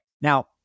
Now